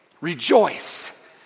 Rejoice